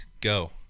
Go